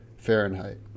fahrenheit